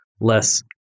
less